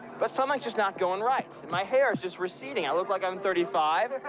but something's just not going right. my hair's just receding. i look like i'm thirty five.